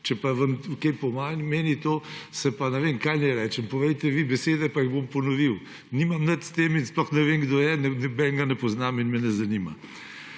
Če pa vam kaj pomeni to, pa ne vem, kaj naj rečem, povejte vi besede, pa jih bom ponovil. Nimam nič s tem in sploh ne vem, kdo je, nobenega ne poznam in me ne zanima.